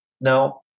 Now